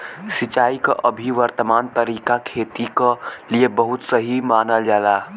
सिंचाई क अभी वर्तमान तरीका खेती क लिए बहुत सही मानल जाला